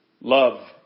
love